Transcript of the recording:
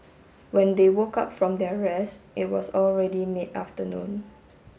when they woke up from their rest it was already mid afternoon